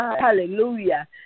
hallelujah